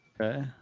Okay